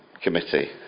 committee